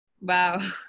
Wow